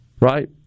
right